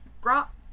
Grot